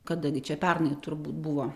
kada gi čia pernai turbūt buvo